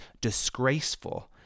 disgraceful